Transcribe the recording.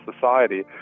society